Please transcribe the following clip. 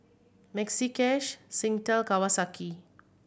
Maxi Cash Singtel Kawasaki